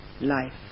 life